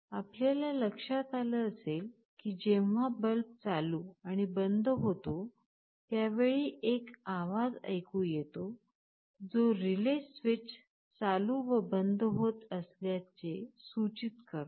आपल्याला लक्षात आल असेल की जेव्हा बल्ब चालू आणि बंद होतो त्यावेळी एक आवाज ऐकू येतो जो रिले स्विच चालू व बंद होत असल्याचे सूचित करतो